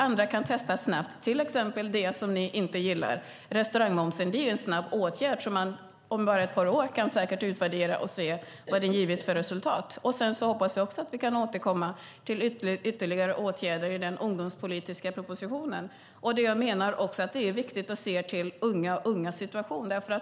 Andra kan testas snabbt, till exempel det som ni inte gillar, nämligen sänkningen av restaurangmomsen. Det är en snabb åtgärd som man säkert om bara ett par år kan utvärdera och se vad den har gett för resultat. Jag hoppas också att vi kan återkomma med ytterligare åtgärder i den ungdomspolitiska propositionen. Det är viktigt att se till unga och ungas situation.